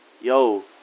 yo